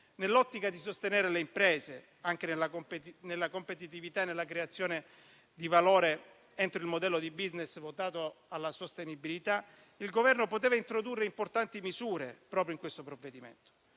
Nell'ottica di sostenere le imprese, anche nella competitività e nella creazione di valore dentro il modello di *business* votato alla sostenibilità, il Governo poteva introdurre importanti misure proprio in questo provvedimento.